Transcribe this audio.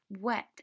wet